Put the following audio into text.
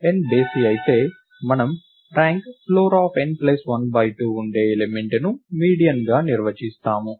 n బేసి అయితే మనము ర్యాంక్ ఫ్లోర్ n 1 2 ఉండే ఎలిమెంట్ ని మీడియన్ గా నిర్వచిస్తాము